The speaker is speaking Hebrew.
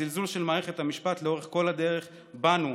הזלזול של מערכת המשפט לאורך כל הדרך בנו,